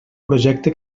projecte